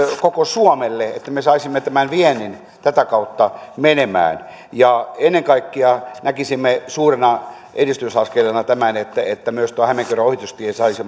koko suomelle että me saisimme tämän viennin tätä kautta menemään ennen kaikkea näkisimme suurena edistysaskeleena tämän että myös tuo hämeenkyrön ohitustie saisi